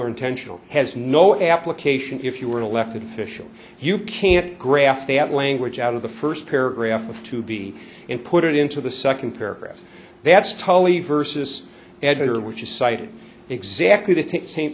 or intentional has no application if you were an elected official you can't graph that language out of the first paragraph of to be and put it into the second paragraph that's tali versus editor which is cited exactly the same